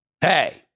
Hey